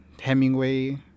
Hemingway